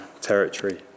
territory